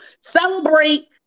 Celebrate